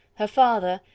her father,